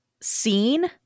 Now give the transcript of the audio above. seen